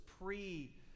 pre